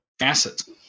assets